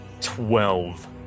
Twelve